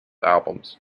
albums